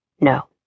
No